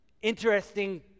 interesting